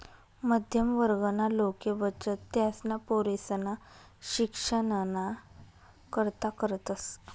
मध्यम वर्गना लोके बचत त्यासना पोरेसना शिक्षणना करता करतस